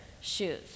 shoes